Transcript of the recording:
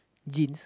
jeans